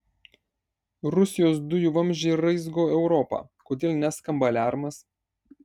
rusijos dujų vamzdžiai raizgo europą kodėl neskamba aliarmas